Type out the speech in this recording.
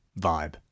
vibe